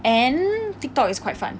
and Tiktok is quite fun